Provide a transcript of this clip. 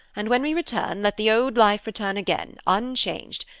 and when we return, let the old life return again, unchanged,